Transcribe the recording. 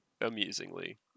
amusingly